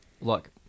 look